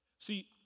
See